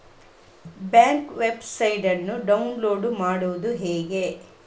Bank statement ಅನ್ನು download ಮಾಡುವುದು ಹೇಗೆ?